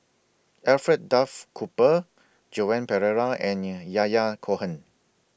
Alfred Duff Cooper Joan Pereira and Yahya Cohen